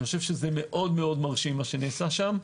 אני חושב שמאוד מרשים מה שנעשה שם.